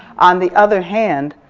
on the other hand,